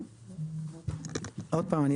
עוד פעם,